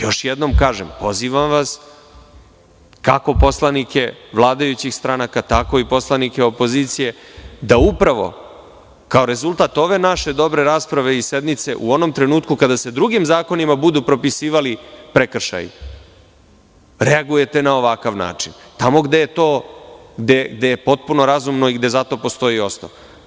Još jednom kažem – pozivam vas, kako poslanike vladajućih stranaka tako i poslanike opozicije, da upravo kao rezultat ove naše dobre rasprave i sednice u onom trenutku kada se drugim zakonima budu propisivali prekršaji, reagujete na ovakav način, tamo gde je to potpuno razumno i gde za to postoji osnov.